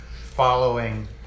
following